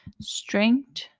strength